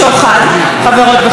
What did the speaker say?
חברות וחברים,